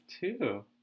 two